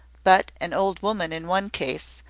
but an old woman in one case,